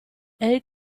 elle